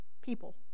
people